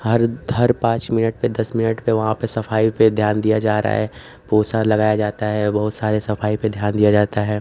हर हर पाँच मिनट पर दस मिनट पर वहाँ पर सफ़ाई पर ध्यान दिया जा रहा है पोछा लगाया जाता है बहुत सारी सफ़ाई पर ध्यान दिया जाता है